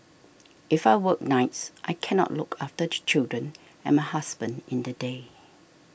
if I work nights I cannot look after the children and my husband in the day